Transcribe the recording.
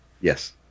Yes